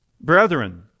...Brethren